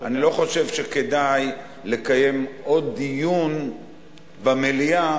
אני לא חושב שכדאי לקיים עוד דיון במליאה